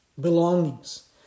belongings